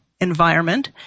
environment